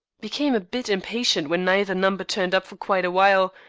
became a bit impatient when neither number turned up for quite a while,